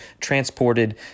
transported